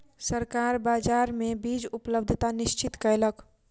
सरकार बाजार मे बीज उपलब्धता निश्चित कयलक